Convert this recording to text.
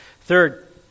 Third